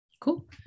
Cool